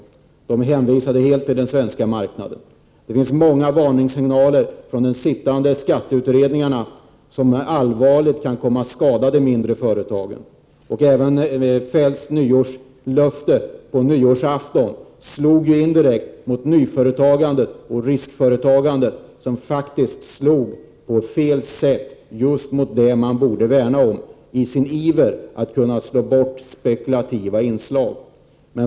De mindre företagen är helt hänvisade till den svenska marknaden. Det finns många varningssignaler från den sittande skatteutredningen som allvarligt kan komma att skada de mindre företagen. Även det löfte som Kjell-Olof Feldt gav på nyårsafton slog indirekt mot nyföretagandet och riskföretagandet. I sin iver att slå bort spekulativa inslag slog finansministern mot det som han borde värna om.